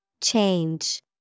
Change